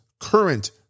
current